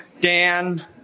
Dan